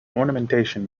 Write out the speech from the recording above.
ornamentation